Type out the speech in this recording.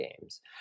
games